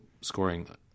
scoring